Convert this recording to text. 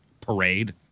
parade